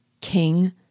King